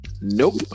Nope